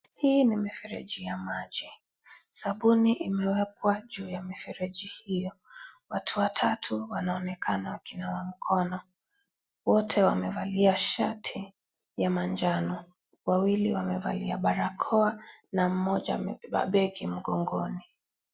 Hii ni mifereji ya maji, sabuni imewekwa juu ya mifereji hio watu watatu wanaonekana wakinawa mkono wote wamevalia shati ya manjano . Wawili wamevalia barakoa na mmoja amebeba begi mgongoni.